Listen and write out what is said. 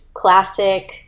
classic